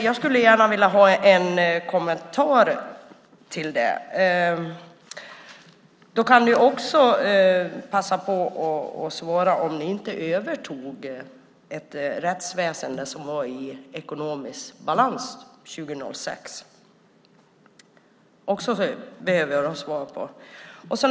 Jag skulle gärna vilja ha en kommentar till det. Du kan också passa på att svara på om ni inte övertog ett rättsväsen som var i ekonomisk balans 2006. Jag behöver svar på det också.